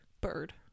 bird